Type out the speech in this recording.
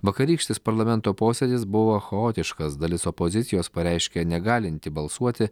vakarykštis parlamento posėdis buvo chaotiškas dalis opozicijos pareiškė negalinti balsuoti